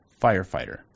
firefighter